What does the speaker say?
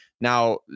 Now